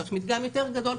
צריך מדגם יותר גדול.